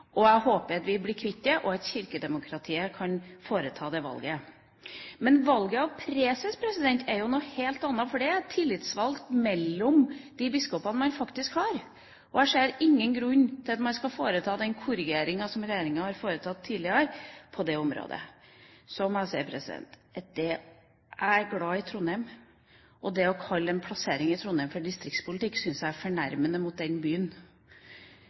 og for en regjering. Jeg håper at vi blir kvitt det, og at kirkedemokratiet kan foreta det valget. Valget av preses er jo noe helt annet, for det er en tillitsvalgt blant de biskopene man faktisk har. Jeg ser ingen grunn til at man skal foreta den korrigeringen som regjeringa har foretatt tidligere på det området. Så må jeg si at jeg er glad i Trondheim. Det å kalle en plassering i Trondheim for distriktspolitikk syns jeg er fornærmende mot den byen.